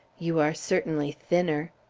you are certainly thinner.